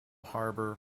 harbour